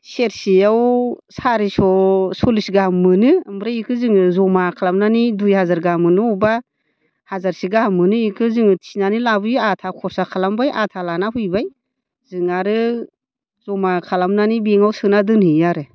सेरसेयाव सारिस' सल्लिस गाहाम मोनो ओमफ्राय बेखौ जोङो जमा खालामनानै दुइ हाजार गाहाम मोनो बबेबा हाजारसे गाहाम मोनो बेखौ जोङो थिनानै लाबोयो आधा खरसा खालामबाय आधा लानानै फैबाय जों आरो जमा खालामनानै बेंकआव सोना दोनहैयो आरो